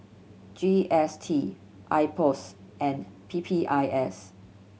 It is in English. G S T IPOS and P P I S